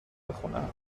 بخونم